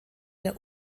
der